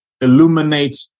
illuminate